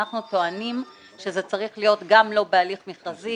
אנחנו טוענים שזה צריך להיות גם לא בהליך מכרזי,